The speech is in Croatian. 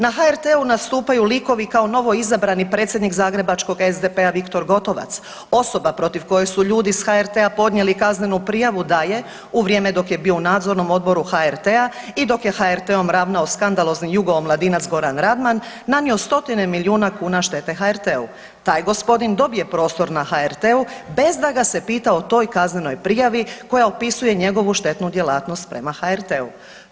Na HRT-u nastupaju likovi kao novoizabrani predsjednik zagrebačkog SDP-a Viktor Gotovac, osoba protiv koje su ljudi s HRT-a podnijeli kaznenu prijavu da je u vrijeme dok je bio u Nadzornom odboru HRT-a i dok je HRT-om ravnao skandalozni jugoomladinac Goran Radman nanio stotine milijuna kuna štete HRT-u, taj gospodin dobije prostor na HRT-u bez da ga se pita o toj kaznenoj prijavi koja opisuje njegovu štetnu djelatnost prema HRT-u.